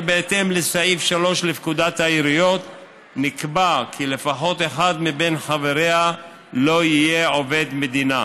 סעיף 3 לפקודת העיריות נקבע כי לפחות אחד מחבריה לא יהיה עובד מדינה.